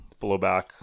blowback